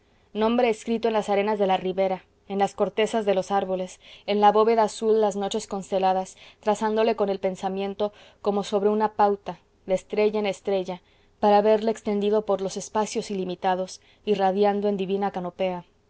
nombre escrito en las arenas de la ribera en las cortezas de los árboles en la bóveda azul las noches consteladas trazándole con el pensamiento como sobre una pauta de estrella en estrella para verle extendido por los espacios ilimitados irradiando en divina canopea